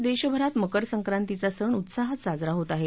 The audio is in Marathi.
आज देशभरात मकर संक्रांतीचा सण उत्साहात साजरा होत आहे